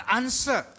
answer